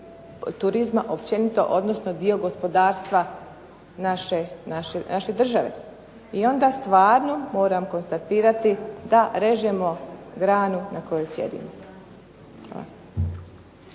turizma općenito, odnosno dio gospodarstva naše države. I onda stvarno moram konstatirati da režemo granu na kojoj sjedimo.